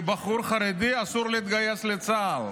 לבחור חרדי אסור להתגייס לצה"ל.